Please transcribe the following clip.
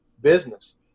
business